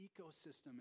ecosystem